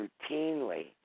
routinely